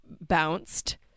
bounced